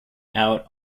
out